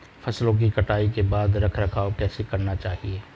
फसलों की कटाई के बाद रख रखाव कैसे करना चाहिये?